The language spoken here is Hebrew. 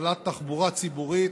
הפעלת תחבורה ציבורית